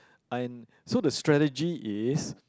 and so the strategy is